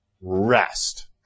Rest